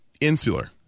insular